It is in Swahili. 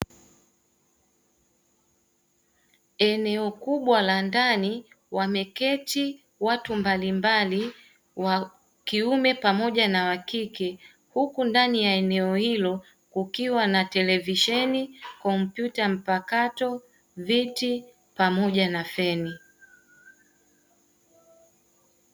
Eneo kubwa la ndani wameketi watu mbalimbali wakiume pamoja na wakike, huku ndani ya eneo hilo kukiwa na televisheni, kompyuta mpakato, viti pamoja na feni.